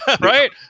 right